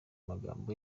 magambo